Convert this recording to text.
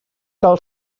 cal